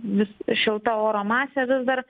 vis šilta oro masė vis dar